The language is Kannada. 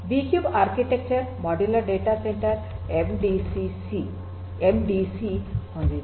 BCube architecture modular data centre MDC ಹೊಂದಿದೆ